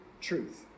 truth